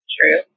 True